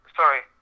sorry